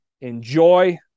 enjoy